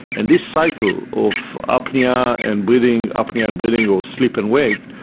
and this cycle of apnoea and breathing, apnoea and breathing, or sleep and wake,